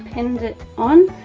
pinned it on.